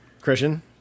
Christian